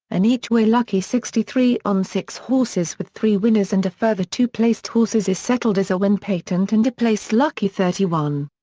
an each-way lucky sixty three on six horses with three winners and a further two placed horses is settled as a win patent and a place lucky thirty one.